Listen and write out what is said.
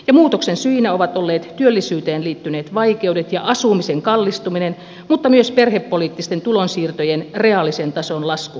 muutoksen syinä ovat olleet työllisyyteen liittyneet vaikeudet ja asumisen kallistuminen mutta myös perhepoliittisten tulonsiirtojen reaalisen tason lasku